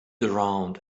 around